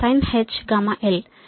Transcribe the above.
కాబట్టి ఇది 1ZC